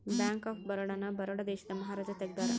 bank of Baroda ನ ಬರೋಡ ದೇಶದ ಮಹಾರಾಜ ತೆಗ್ದಾರ